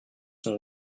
sont